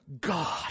God